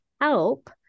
help